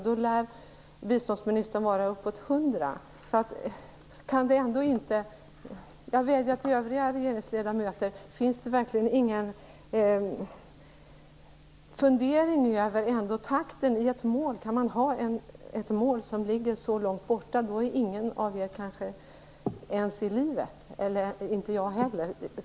Då lär biståndsministern vara uppåt 100 år. Jag vädjar till övriga regeringsledamöter. Finns det ingen fundering över takten mot målet? Kan man ha ett mål som ligger så långt borta att ingen av er då kanske är i livet, och inte jag heller?